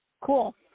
Cool